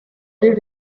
did